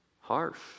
harsh